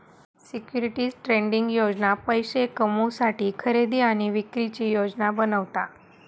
securities trading योजना पैशे कमवुसाठी खरेदी आणि विक्रीची योजना बनवता